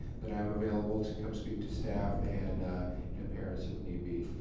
that i am available to come speak to staff and and parents if need be.